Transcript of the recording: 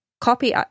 copy